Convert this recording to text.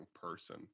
person